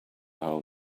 whole